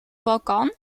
balkan